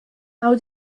how